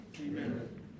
Amen